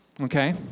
Okay